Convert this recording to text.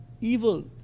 evil